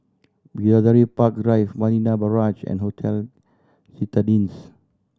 Bidadari Park Drive Marina Barrage and Hotel Citadines